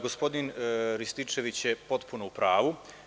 Gospodin Rističević je potpuno u pravu.